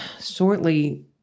shortly